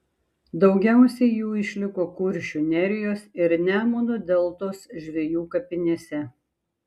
daugiausiai jų išliko kuršių nerijos ir nemuno deltos žvejų kapinėse